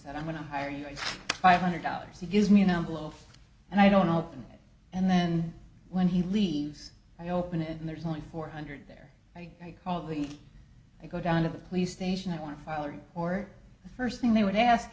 said i'm going to hire you five hundred dollars he gives me a number of and i don't open it and then when he leaves i open it and there's like four hundred there i call when i go down to the police station i want to file it or the first thing they would ask